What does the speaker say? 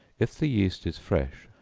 if the yeast is fresh,